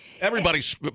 Everybody's